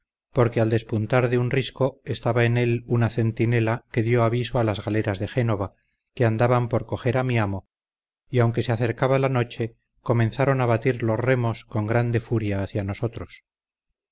porque al despuntar de un risco estaba en él una centinela que dió aviso a las galeras de génova que andaban por coger a mi amo y aunque se acercaba la noche comenzaron a batir los remos con grande furia hacia nosotros